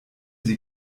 sie